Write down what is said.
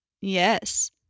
yes